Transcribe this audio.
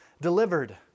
delivered